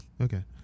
Okay